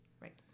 Right